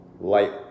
light